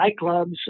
nightclubs